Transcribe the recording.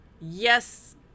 yes